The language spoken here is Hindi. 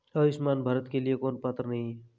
आयुष्मान भारत के लिए कौन पात्र नहीं है?